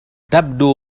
تبدو